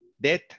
Death